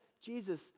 Jesus